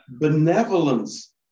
benevolence